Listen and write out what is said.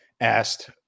Asked